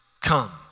come